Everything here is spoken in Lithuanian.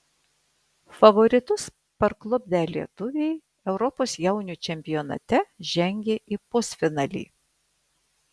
favoritus parklupdę lietuviai europos jaunių čempionate žengė į pusfinalį